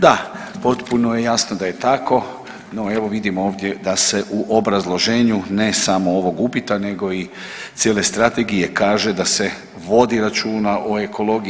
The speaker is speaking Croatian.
Da, potpuno je jasno da je tako, no evo vidimo ovdje da se u obrazloženju ne samo ovog upita nego i cijele strategije kaže da se vodi računa o ekologiji.